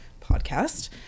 podcast